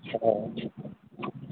ꯑꯥ